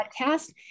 podcast